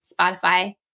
Spotify